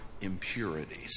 impurities